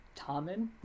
Tommen